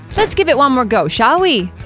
let's give it one more go, shall we?